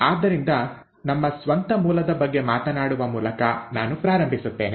ಆದ್ದರಿಂದ ನಮ್ಮ ಸ್ವಂತ ಮೂಲದ ಬಗ್ಗೆ ಮಾತನಾಡುವ ಮೂಲಕ ನಾನು ಪ್ರಾರಂಭಿಸುತ್ತೇನೆ